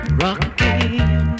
rocking